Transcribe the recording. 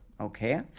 Okay